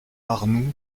arnoux